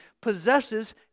possesses